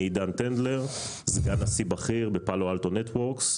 אני סגן נשיא בכיר בפאלו אלטו נטוורקס,